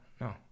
no